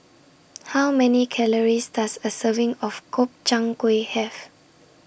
How Many Calories Does A Serving of Gobchang Gui Have